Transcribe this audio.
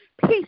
Peace